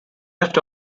left